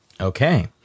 Okay